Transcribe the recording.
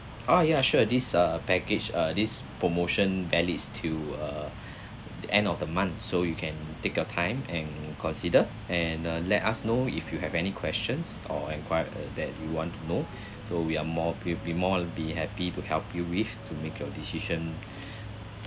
oh ya sure this uh package uh this promotion valid to uh end of the month so you can take your time and consider and uh let us know if you have any questions or enquire uh that you want to know so we are more we we more we'll be happy to help you with to make your decision